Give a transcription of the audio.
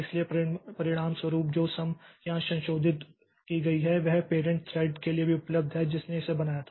इसलिए परिणामस्वरूप जो सम यहां संशोधित की गई है वह पैरेंट थ्रेड के लिए भी उपलब्ध है जिसने इसे बनाया था